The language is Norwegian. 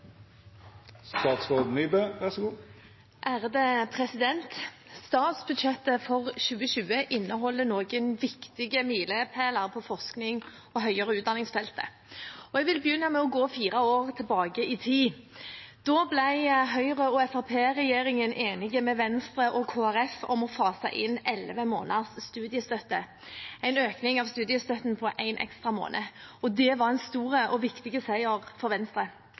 høyere utdanningsfeltet. Jeg vil begynne med å gå fire år tilbake i tid. Da ble Høyre–Fremskrittsparti-regjeringen enige med Venstre og Kristelig Folkeparti om å fase inn elleve måneders studiestøtte, en økning av studiestøtten på én ekstra måned. Det var en stor og viktig seier for Venstre.